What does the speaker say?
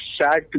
sad